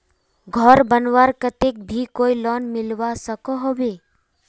घोर बनवार केते भी कोई लोन मिलवा सकोहो होबे?